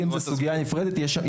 סוגיית העולים היא נפרדת.